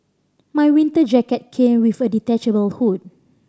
my winter jacket came with a detachable hood